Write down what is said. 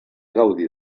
gaudir